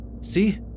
See